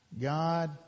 God